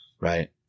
right